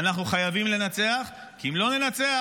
ואנחנו חייבים לנצח, כי אם לא ננצח,